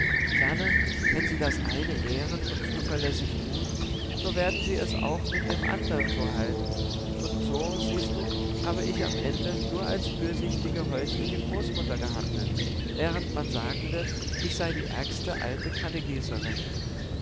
ferner wenn sie das eine ehren und zuverlässig tun so werden sie es auch mit dem andern so halten und so siehst du habe ich am ende nur als fürsichtige häusliche großmutter gehandelt während man sagen wird ich sei die ärgste alte